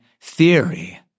theory